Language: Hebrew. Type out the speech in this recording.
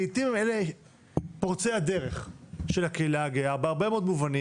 לעיתים אלה הם פורצי הדרך של הקהילה הגאה בהרבה מאוד מובנים,